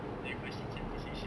you got see Channel NewsAsia